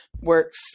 works